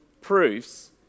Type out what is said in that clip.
proofs